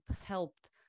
helped